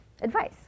advice